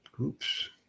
Oops